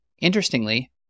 Interestingly